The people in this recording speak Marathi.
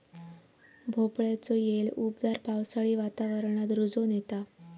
भोपळ्याचो येल उबदार पावसाळी वातावरणात रुजोन येता